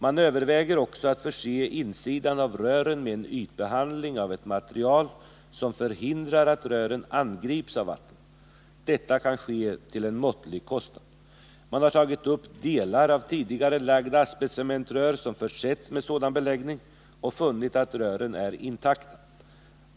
Man överväger också att förse insidan av rören med en ytbeläggning av ett material som förhindrar att rören angrips av vattnet. Detta kan ske till en måttlig kostnad. Man har tagit upp delar av tidigare lagda asbestcementrör som försetts med sådan beläggning och funnit att rören är intakta.